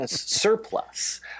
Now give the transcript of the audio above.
surplus